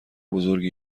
بزرگی